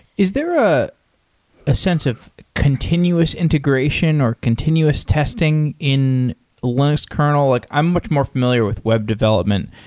is there ah a sense of continuous integration or continuous testing in linux kernel? like i'm much more familiar with web development,